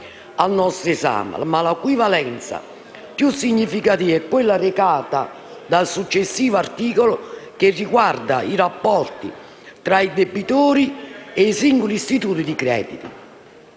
al nostro esame, ma la cui valenza più significativa è quella recata dal successivo articolo, che riguarda i rapporti tra il debitore e i singoli istituti di credito.